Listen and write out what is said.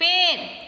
पेड़